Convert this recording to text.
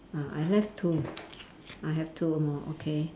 uh I have two I have two more okay